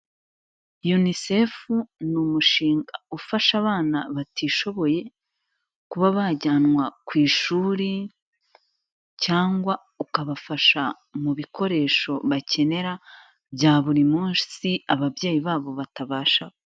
Yunisefu ni umushinga ufasha abana batishoboye kuba bajyanwa ku ishuri cyangwa ukabafasha mu bikoresho bakenera bya buri munsi ababyeyi babo batabasha.....